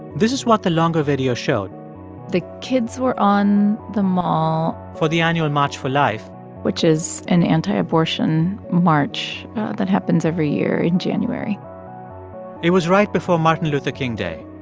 this is what the longer video showed the kids were on the mall for the annual march for life which is an anti-abortion march that happens every year in january it was right before martin luther king day.